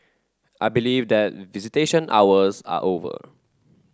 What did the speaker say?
I believe that visitation hours are over